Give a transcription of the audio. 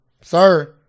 Sir